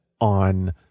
on